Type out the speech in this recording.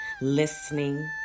listening